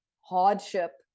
hardship